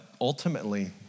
ultimately